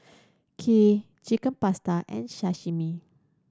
Kheer Chicken Pasta and Sashimi